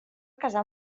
casar